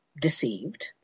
deceived